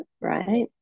right